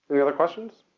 any other questions?